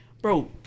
Bro